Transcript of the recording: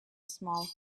small